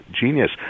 genius